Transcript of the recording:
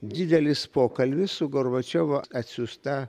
didelis pokalbis su gorbačiovo atsiųsta